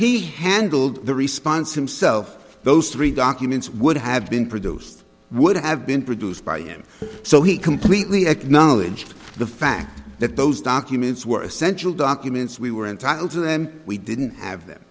he handled the response himself those three documents would have been produced would have been produced by him so he completely acknowledged the fact that those documents were essential documents we were entitled to them we didn't have them